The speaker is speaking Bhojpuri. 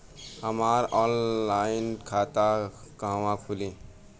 हमार ऑनलाइन खाता कहवा खुली?